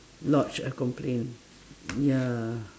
lodge a complaint ya